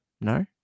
No